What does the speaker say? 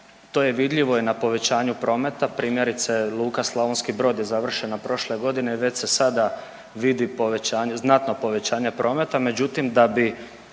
To je vidljivo i na povećanju prometa, primjerice Luka Slavonski Brod je završena prošle godine i već se sada vidi povećanje, znatno povećanje prometa,